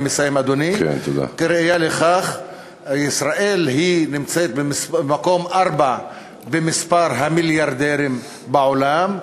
ישראל נמצאת במקום הרביעי במספר המיליארדרים בעולם,